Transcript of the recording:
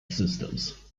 systems